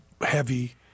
heavy